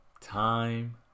Time